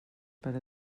per